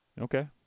Okay